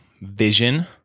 vision